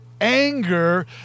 anger